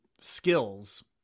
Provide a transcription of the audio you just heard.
skills